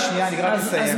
חבר הכנסת עידן רול,